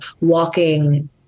walking